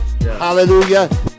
hallelujah